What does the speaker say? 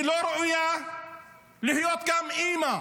היא גם לא ראויה להיות אימא,